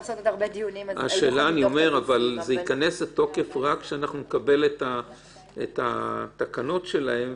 זה ייכנס לתוקף רק כשנקבל את התקנות שלהם.